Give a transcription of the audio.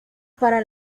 para